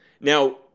Now